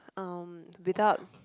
um without